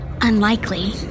Unlikely